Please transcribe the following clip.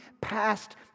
past